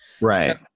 Right